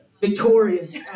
victorious